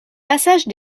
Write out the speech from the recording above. passage